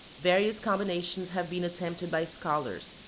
various combinations have been attempted by scholars,